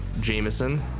Jameson